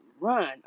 run